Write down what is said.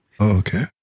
Okay